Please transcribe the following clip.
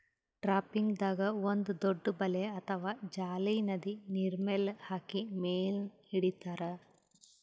ಟ್ರಾಪಿಂಗ್ದಾಗ್ ಒಂದ್ ದೊಡ್ಡ್ ಬಲೆ ಅಥವಾ ಜಾಲಿ ನದಿ ನೀರ್ಮೆಲ್ ಹಾಕಿ ಮೀನ್ ಹಿಡಿತಾರ್